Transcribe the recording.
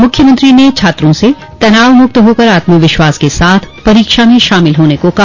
मुख्यमंत्री ने छात्रों से तनावमुक्त होकर आत्मविश्वास के साथ परीक्षा में शामिल होने को कहा